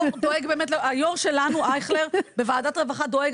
היו"ר שלנו אייכלר בוועדת רווחה דואג,